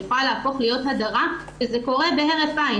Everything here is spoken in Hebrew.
היא יכולה להפוך להיות הדרה, וזה קורה בהרף עין.